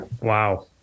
Wow